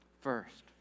first